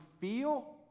feel